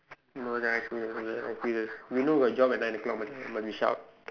no Macha I I serious you know got job at nine o-clock must be must be sharp